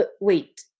wait